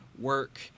work